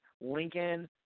Lincoln